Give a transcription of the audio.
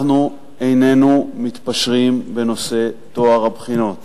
אנחנו איננו מתפשרים בנושא טוהר הבחינות,